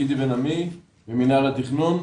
שמי גידי בן עמי ממנהל התכנון,